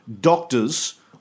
doctors